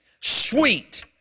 sweet